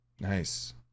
Nice